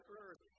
earth